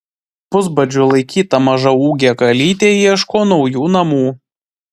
pusbadžiu laikyta mažaūgė kalytė ieško naujų namų